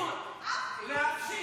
אבל מנסור,